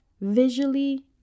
visually